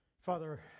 Father